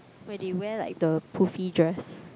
where they wear like the poofy dress